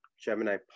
Gemini